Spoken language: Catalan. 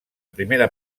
primera